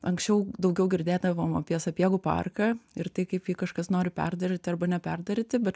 anksčiau daugiau girdėdavom apie sapiegų parką ir tai kaip jį kažkas nori perdaryti arba neperdaryti bet